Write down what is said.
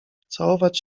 całować